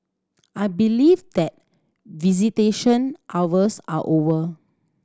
I believe that visitation hours are over